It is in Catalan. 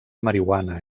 marihuana